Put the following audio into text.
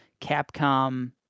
capcom